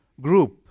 group